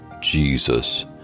Jesus